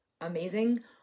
amazing